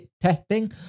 testing